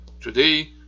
Today